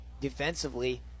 defensively